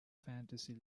fantasy